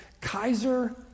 Kaiser